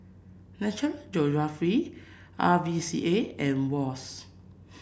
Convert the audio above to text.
National Geographic R V C A and Wall's